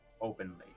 openly